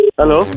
Hello